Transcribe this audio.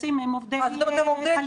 הם על ידי ספק.